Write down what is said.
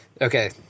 Okay